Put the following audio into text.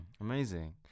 Amazing